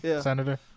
senator